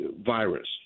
virus